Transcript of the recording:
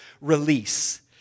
release